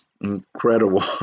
incredible